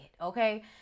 okay